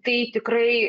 tai tikrai